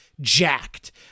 jacked